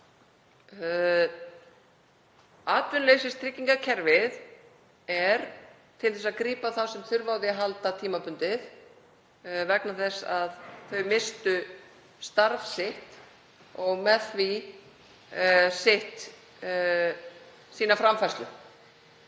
Atvinnuleysistryggingakerfið er til þess að grípa þá sem þurfa á því að halda tímabundið vegna þess að þeir misstu starf sitt og með því sína framfærslu.